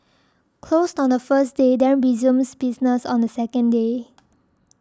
closed on the first day then resumes business on the second day